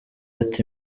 ati